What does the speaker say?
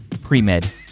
Pre-Med